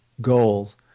goals